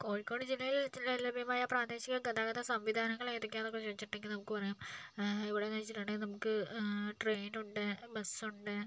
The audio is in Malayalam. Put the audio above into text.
കോഴിക്കോട് ജില്ലയിൽ ജില്ലയിൽ ലഭ്യമായ പ്രാദേശിക ഗതാഗത സംവിധാനങ്ങൾ ഏതൊക്കെയാണ് എന്ന് ചോദിച്ചിട്ടുണ്ടെങ്കിൽ നമുക്ക് പറയാം ഇവിടെ എന്ന് വെച്ചിട്ടുണ്ടെങ്കിൽ നമുക്ക് ട്രെയിൻ ഉണ്ട് ബസ്സുണ്ട്